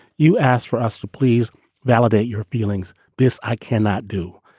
you asked for us to please validate your feelings this i cannot do